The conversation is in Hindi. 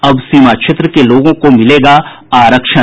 अब सीमा क्षेत्र के लोगों को मिलेगा आरक्षण